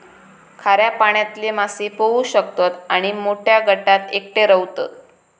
खाऱ्या पाण्यातले मासे पोहू शकतत आणि मोठ्या गटात एकटे रव्हतत